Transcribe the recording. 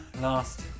last